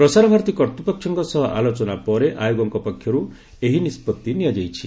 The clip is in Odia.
ପ୍ରସାର ଭାରତୀ କର୍ତ୍ତ୍ୱପକ୍ଷଙ୍କ ସହ ଆଲୋଚନା ପରେ ଆୟୋଗଙ୍କ ପକ୍ଷରୁ ଏହି ନିଷ୍ପଭି ନିଆଯାଇଛି